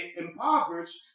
impoverished